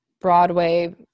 broadway